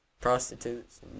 Prostitutes